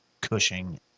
Cushing